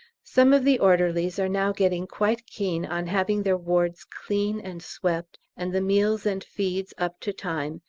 some of the orderlies are now getting quite keen on having their wards clean and swept, and the meals and feeds up to time,